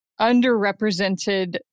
underrepresented